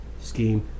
scheme